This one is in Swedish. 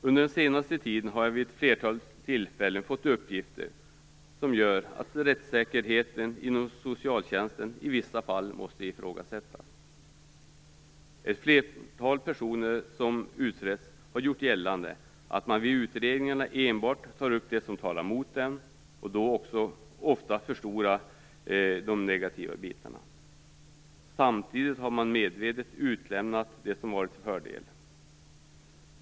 Under den senaste tiden har jag vid ett flertal tillfällen fått uppgifter som gör att rättssäkerheten inom socialtjänsten i vissa fall måste ifrågasättas. Ett flertal personer som utretts har gjort gällande att man vid utredningarna enbart tagit upp det som talar mot dem och då ofta också förstorat det negativa. Samtidigt har man medvetet utelämnat det som varit till fördel.